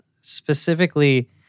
specifically